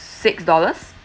six dollars